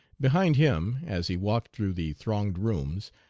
behind him, as he walked through the thronged rooms,